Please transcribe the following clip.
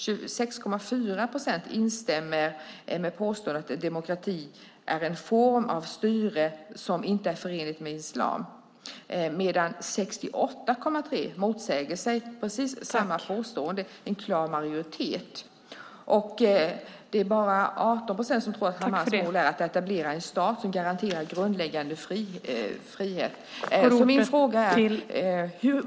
26,4 procent instämmer i påståendet att demokrati är en styrelseform som inte är förenlig med islam, medan 68,3 procent motsätter sig detta påstående. Det är en klar majoritet. Det är bara 18 procent som tror att Hamas mål är att etablera en stat som garanterar grundläggande frihet.